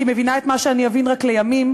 כמבינה את מה שאני אבין רק לימים,